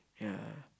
ya